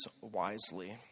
wisely